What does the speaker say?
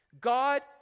God